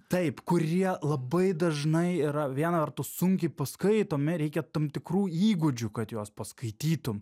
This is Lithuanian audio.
taip kurie labai dažnai yra viena vertus sunkiai paskaitomi reikia tam tikrų įgūdžių kad jos paskaitytum